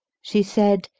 she said,